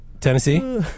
Tennessee